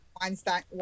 Weinstein